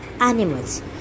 animals